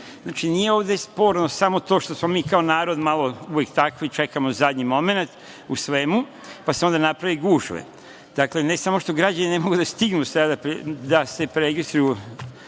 Znači, nije ovde sporno samo to što smo mi kao narod malo uvek takvi, čekamo zadnji momenat u svemu, pa se onda napravi gužva. Dakle, ne samo što građani ne mogu da stignu da se preregistruju